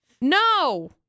No